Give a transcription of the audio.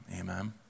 amen